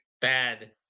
bad